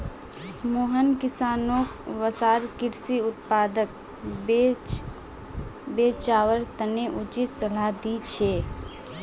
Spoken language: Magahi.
मोहन किसानोंक वसार कृषि उत्पादक बेचवार तने उचित सलाह दी छे